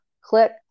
Click